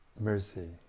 mercy